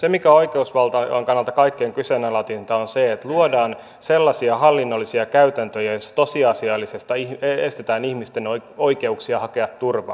se mikä on oikeusvaltion kannalta kaikkein kyseenalaisinta on se että luodaan sellaisia hallinnollisia käytäntöjä joissa tosiasiallisesti estetään ihmisten oikeuksia hakea turvaa